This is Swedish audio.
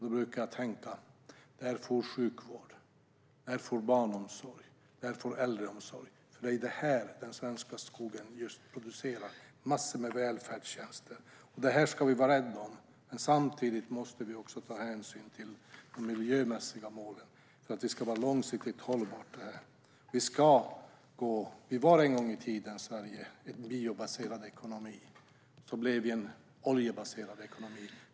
Då brukar jag tänka att genom den svenska skogen produceras massor med välfärdstjänster, som sjukvård, barnomsorg och äldreomsorg. Detta ska vi vara rädda om. Men samtidigt måste vi också ta hänsyn till de miljömässiga målen för att detta ska vara långsiktigt hållbart. Sverige var en gång i tiden en biobaserad ekonomi. Sedan blev Sverige en oljebaserad ekonomi.